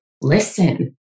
listen